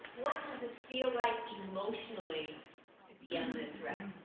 what does it feel like emotionally to be on this wreck?